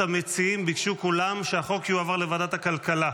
המציעים ביקשו כולם שהחוק יועבר לוועדת הכלכלה.